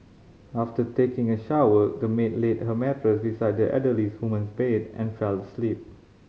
after taking a shower the maid laid her mattress beside the elderly woman's bed and fell asleep